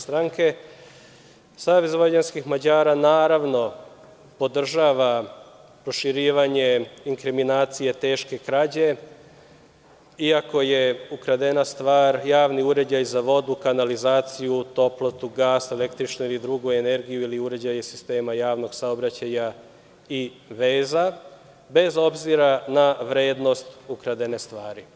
Savez vojvođanskih Mađara, podržava proširivanje inkriminacije teške krađe iako je ukradena stvar javni uređaj za vodu, kanalizaciju, toplotu gasa, električnu ili drugu energiju ili uređaja sistema javnog saobraćaja i veza, bez obzira na vrednost ukradene stvari.